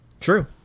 true